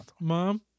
mom